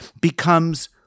becomes